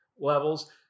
levels